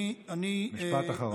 משפט אחרון.